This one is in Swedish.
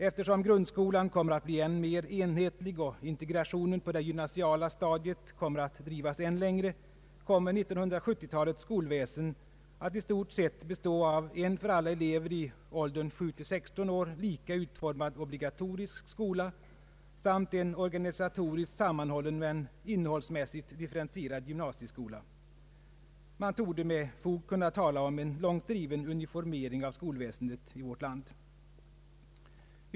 Eftersom grundskolan kommer att bli än mer enhetlig och integrationen på det gymnasiala stadiet kommer att drivas ännu längre, kommer 1970-talets skolväsen att i stort sett bestå av en för alla elever i åldern 7—16 år lika utformad obligatorisk skola samt en organisatoriskt sammanhållen men innehållsmässigt differentierad gymnasieskola. Man torde med fog kunna tala om en långt driven uniformering av skolväsendet i Sverige.